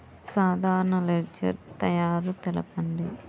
సాధారణ లెడ్జెర్ తయారి తెలుపండి?